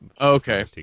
okay